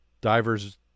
divers